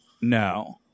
No